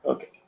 Okay